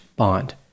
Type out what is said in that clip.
bond